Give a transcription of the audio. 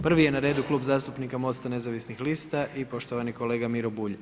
Prvi je na redu Klub zastupnika Mosta nezavisnih lista i poštovani kolega Miro Bulj.